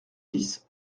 dix